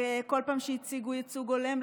כל פעם שהציגו ייצוג הולם,